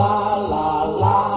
La-la-la